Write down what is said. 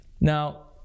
Now